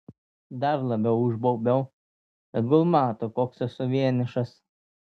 dar labiau užbaubiau tegul mato koks esu vienišas